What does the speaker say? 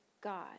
God